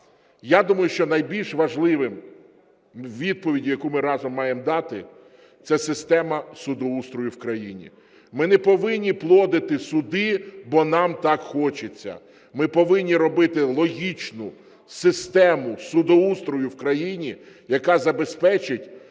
я думаю, що найбільш важливим, відповідь, яку ми разом маємо дати, – це система судоустрою в країні. Ми не повинні плодити суди, бо нам так хочеться. Ми повинні робити логічну систему судоустрою в країні, яка забезпечить